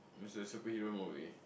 it's a superhero movie